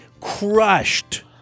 crushed